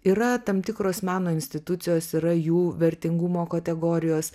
yra tam tikros meno institucijos yra jų vertingumo kategorijos